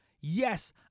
Yes